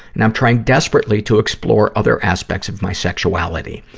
and i'm trying desperately to explore other aspects of my sexuality.